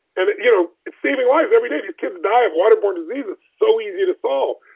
and you know it's saving lives everyday. these kids die of waterborne diseases, it's so easy to solve.